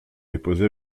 déposé